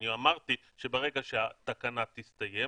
אני אמרתי שברגע שהתקנה תסתיים,